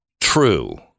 true